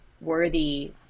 worthy